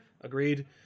Agreed